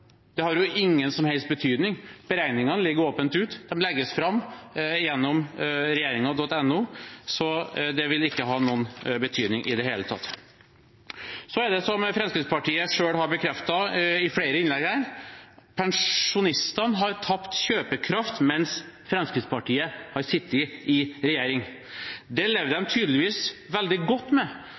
har det ingen som helst betydning. Beregningene ligger åpent ute. De legges fram gjennom regjeringen.no. Så det vil ikke ha noen betydning i det hele tatt. Så er det sånn, som Fremskrittspartiet selv har bekreftet i flere innlegg her, at pensjonistene har tapt kjøpekraft mens Fremskrittspartiet har sittet i regjering. Det levde de tydeligvis veldig godt med,